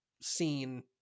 seen